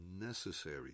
necessary